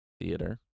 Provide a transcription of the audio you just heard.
theater